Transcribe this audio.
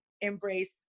embrace